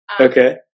Okay